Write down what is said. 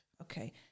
Okay